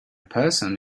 person